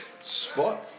spot